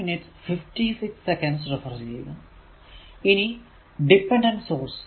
ഇനി dependent source